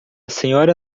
senhora